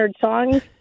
songs